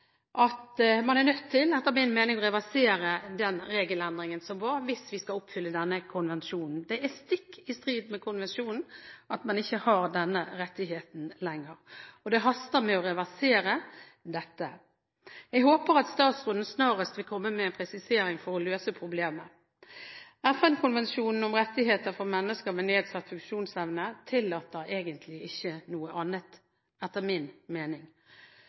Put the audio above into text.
at man etter min mening er nødt til å reversere den regelendringen som var, hvis vi skal oppfylle denne konvensjonen. Det er stikk i strid med konvensjonen at man ikke har denne rettigheten lenger, og det haster med å reversere dette. Jeg håper at statsråden snarest vil komme med en presisering for å løse problemet. FN-konvensjonen om rettigheter for mennesker med nedsatt funksjonsevne tillater etter min mening egentlig ikke noe annet.